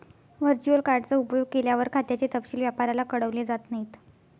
virtual card चा उपयोग केल्यावर, खात्याचे तपशील व्यापाऱ्याला कळवले जात नाहीत